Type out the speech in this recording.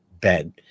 bed